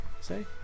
say